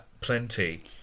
plenty